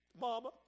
Mama